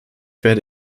werde